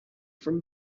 from